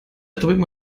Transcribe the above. drüben